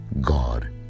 god